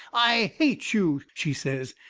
i hate you! she says,